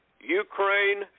Ukraine